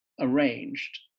arranged